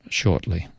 shortly